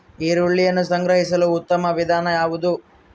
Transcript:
ಈರುಳ್ಳಿಯನ್ನು ಸಂಗ್ರಹಿಸಲು ಉತ್ತಮ ವಿಧಾನ ಯಾವುದು?